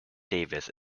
davis